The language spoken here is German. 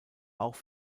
auch